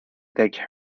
take